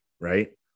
right